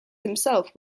himself